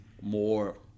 more